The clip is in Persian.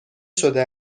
شده